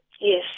Yes